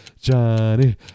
Johnny